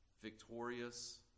victorious